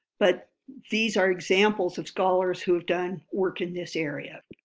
but these are examples of scholars who have done work in this area.